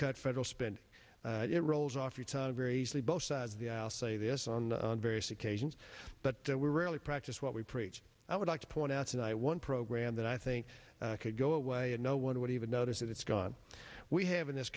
cut federal spending it rolls off your tongue very easily both sides of the i'll say this on various occasions but we're really practiced what we preach i would like point out tonight one program that i think could go away and no one would even notice that it's gone we have in this